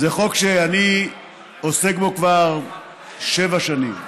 זה חוק שאני עוסק בו כבר שבע שנים,